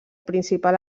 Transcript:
principal